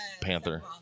Panther